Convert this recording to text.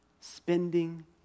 spending